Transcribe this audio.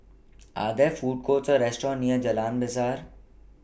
Are There Food Courts Or restaurants near Jalan Besar